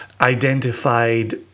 identified